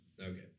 Okay